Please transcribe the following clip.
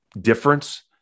difference